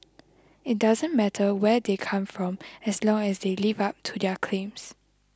it doesn't matter where they come from as long as they live up to their claims